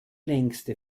längste